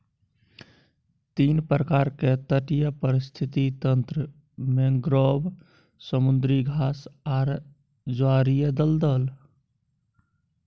तीन प्रकार के तटीय पारिस्थितिक तंत्र मैंग्रोव, समुद्री घास आर ज्वारीय दलदल